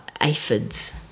aphids